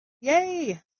Yay